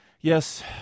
Yes